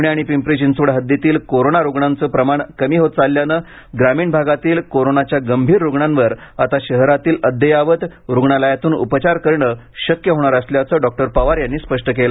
प्णे आणि पिंपरी चिंचवड हद्दीतील कोरोना रुग्णाचं प्रमाण कमी होत चालल्यानं ग्रामीण भागातील कोरोनाच्या गंभीर रुग्णांवर आता शहरातील अद्ययावत रुग्णालयातून उपचार करणे शक्य होणार असल्याचं डॉक्टर पवार यांनी स्पष्ट केलं